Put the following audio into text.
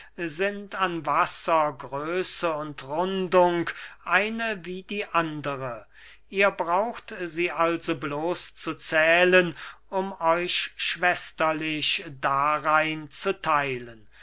sind an wasser größe und rundung eine wie die andere ihr braucht sie also bloß zu zählen um euch schwesterlich darein zu theilen